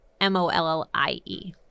m-o-l-l-i-e